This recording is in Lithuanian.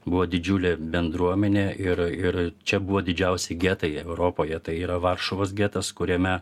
buvo didžiulė bendruomenė ir ir čia buvo didžiausi getai europoje tai yra varšuvos getas kuriame